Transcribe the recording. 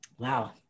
Wow